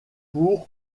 pour